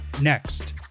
next